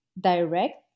direct